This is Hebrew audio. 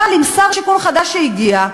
אבל עם שר שיכון חדש שהגיע,